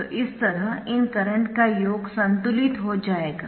तो इस तरह इन करंट का योग संतुलित हो जाएगा